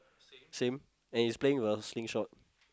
same and is playing with a slingshot